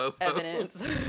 evidence